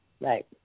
right